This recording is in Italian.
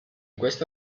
questa